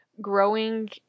growing